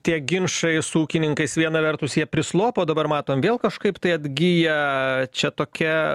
tie ginčai su ūkininkais viena vertus jie prislopo dabar matom vėl kažkaip tai atgyja čia tokia